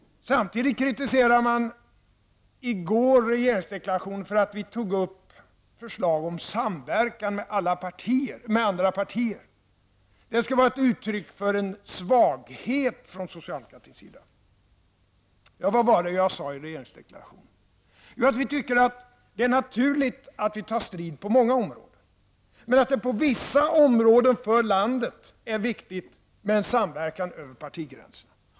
Samtidigt kritiserade man i går regeringsdeklarationen för att vi tog upp förslag om samverkan med andra partier. Det skulle vara ett uttryck för svaghet hos socialdemokratin. Vad var det jag sade i regeringsdeklarationen? Jo, att vi tycker att det är naturligt att vi tar strid på många områden, men att det på vissa områden är viktigt för landet med samverkan över partigränserna.